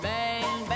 Bang